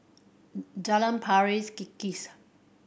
Jalan Pari Kikis